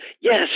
yes